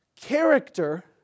character